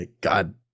God